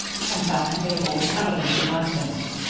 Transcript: confessed mabel, with evident reluctance.